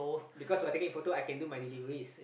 because while taking photos I can do my deliveries